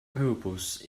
opus